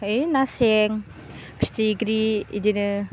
है ना सें फिथिख्रि इदिनो